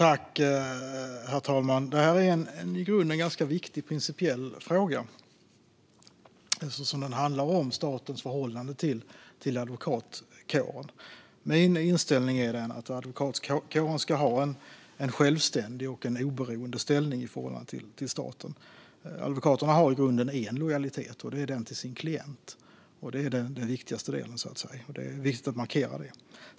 Herr talman! Detta är en i grunden ganska viktig principiell fråga eftersom den handlar om statens förhållande till advokatkåren. Min inställning är att advokatkåren ska ha en självständig och oberoende ställning i förhållande till staten. En advokat har i grunden en lojalitet, och det är den till sin klient. Det är viktigt att markera.